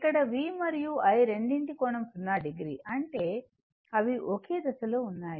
ఇక్కడ V మరియు I రెండిటి కోణం 0 o అంటే అవి ఒకే దశలో ఉన్నాయి